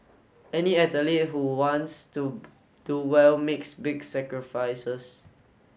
any athlete who wants to do well makes big sacrifices